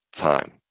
time